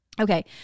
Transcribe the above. Okay